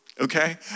okay